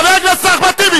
חבר הכנסת אחמד טיבי.